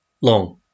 long